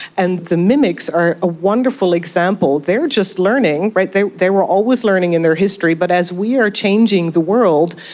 and the mimics are a wonderful example. they are just learning. they they were always learning in their history, but as we are changing the world,